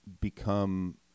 become